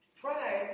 pride